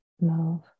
move